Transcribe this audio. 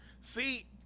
see